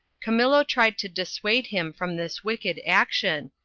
camillo tried to dissuade him from this wicked action,